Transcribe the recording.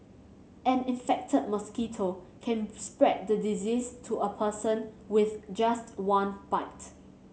an infected mosquito can spread the disease to a person with just one bite